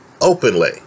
openly